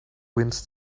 wins